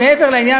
מעבר לעניין,